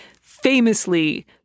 famously